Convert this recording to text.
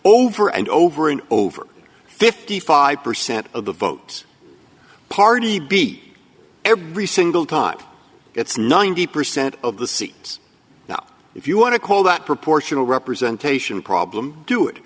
over and over and over fifty five percent of the vote party b every single time gets ninety percent of the seats now if you want to call that proportional representation problem do it